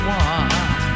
one